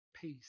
Peace